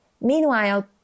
Meanwhile